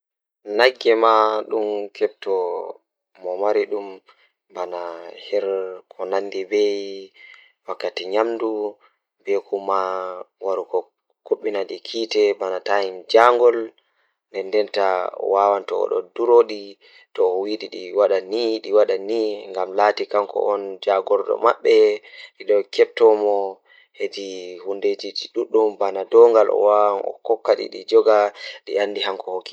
Koɓe tagi haa duniyaaru jei ɓuri E njaatigi maɓɓe e no waɗi ko jooɗaade ngoodaaɗi, kono ngoodi heen walla jogii cuɗii, hitaan tawii ndon waɗi ngooru ngam haɓɓude ngelnaange e nder yeeso. Si tawii ngoodi waɗaa roƴɓe kanko e waɗde waɗitugol goonga, ko maa ngoodi ɓuri jooni walla waɗtu jogiraa goonga. Konngol fawru e ɗo doole jooɗa ko si maƴii ngoodi goɗɗe nguurndal.